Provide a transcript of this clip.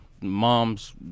mom's